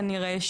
כנראה,